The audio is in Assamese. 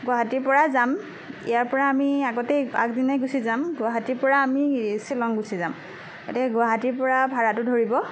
গুৱাহাটীৰ পৰাই যাম ইয়াৰ পৰা আমি আগতেই আগদিনাই গুছি যাম গুৱাহাটীৰ পৰা আমি শ্বিলং গুছি যাম গতিকে গুৱাহাটীৰ পৰা ভাড়াটো ধৰিব